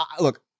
Look